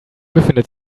befindet